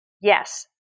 Yes